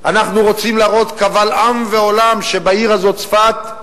אנחנו רוצים להראות קבל עם ועולם שבעיר הזאת, צפת,